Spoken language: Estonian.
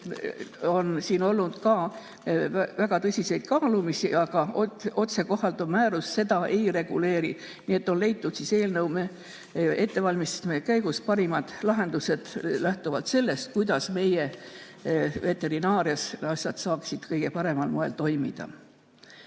on siin olnud väga tõsiseid kaalumisi, aga otsekohalduv määrus seda ei reguleeri, nii et eelnõu ettevalmistamise käigus on leitud parimad lahendused lähtuvalt sellest, kuidas meie veterinaarias asjad saaksid kõige paremal moel toimida.